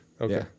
Okay